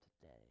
today